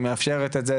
היא מאפשרת את זה.